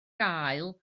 gael